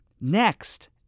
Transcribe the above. Next